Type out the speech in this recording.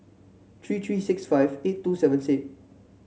three three six five eight two seven six